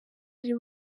ari